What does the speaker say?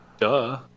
Duh